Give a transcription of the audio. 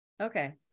okay